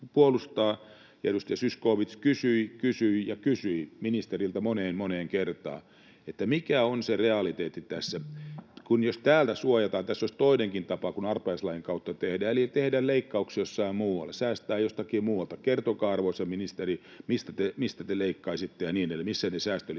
edustaja Zyskowicz kysyi, kysyi ja kysyi ministeriltä moneen, moneen kertaan, mikä on se realiteetti tässä, jos tällä suojataan, kun tässä olisi toinenkin tapa tehdä kuin arpajaislain kautta eli tehdä leikkauksia jossain muualla, säästää jostakin muualta, kertokaa, arvoisa ministeri, mistä te leikkaisitte ja niin edelleen, missä ne säästölistat